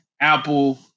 Apple